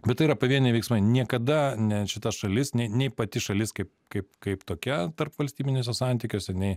bet tai yra pavieniai veiksmai niekada ne šita šalis nei nei pati šalis kaip kaip kaip tokia tarpvalstybiniuose santykiuose nei